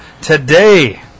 Today